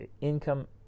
income